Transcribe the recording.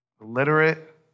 illiterate